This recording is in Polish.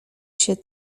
się